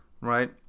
right